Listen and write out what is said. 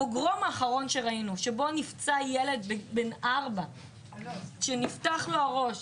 הפוגרום האחרון שראינו שבו נפצע ילד בן 4 שנפתח לו הראש.